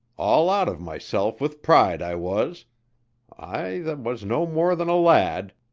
all out of myself with pride i was i that was no more than a lad,